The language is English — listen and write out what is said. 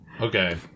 Okay